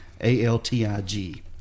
A-L-T-I-G